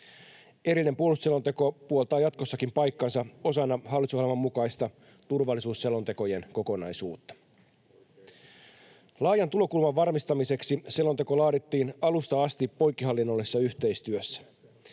Erillinen puolustusselonteko puoltaa jatkossakin paikkaansa osana hallitusohjelman mukaista turvallisuusselontekojen kokonaisuutta. [Ilkka Kanerva: Oikein!] Laajan tulokulman varmistamiseksi selonteko laadittiin alusta asti poikkihallinnollisessa yhteistyössä.